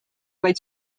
vaid